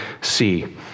see